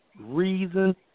reason